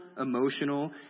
emotional